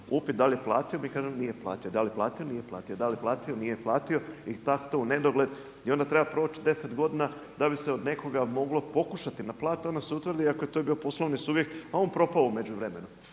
upit da li je platio mi kažemo nije platio, da li je platio nije platio. I tako to unedogled. I onda treba proći 10 godina da bi se od nekoga moglo pokušati naplatiti i onda se utvrdi, to je bio poslovni subjekt, a on propao u međuvremenu.